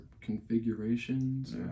configurations